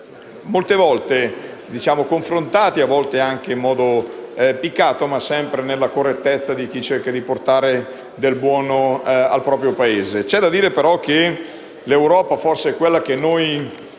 volte ci siamo confrontati e a volte anche in modo piccato, ma sempre nella correttezza di chi cerca di portare del buono al proprio Paese. C'è però da dire che l'Europa come noi la intendiamo